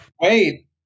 wait